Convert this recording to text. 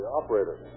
operator